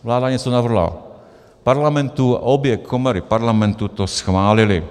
Vláda něco navrhla Parlamentu a obě komory Parlamentu to schválily.